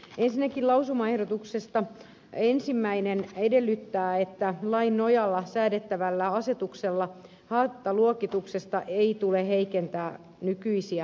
ensinnäkin lausumaehdotuksista ensimmäinen edellyttää että lain nojalla säädettävällä asetuksella haittaluokituksesta ei tule heikentää nykyisiä haittaluokituksia